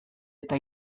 eta